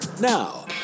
Now